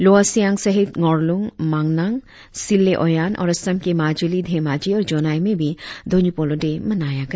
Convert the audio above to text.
lower Siang सहित डोरलूंग मांगनांग सिले ओयान और असम के माजुलि धेमाजी और जोनाई में भी दोन्यी पोलो डे मनाया गया